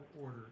order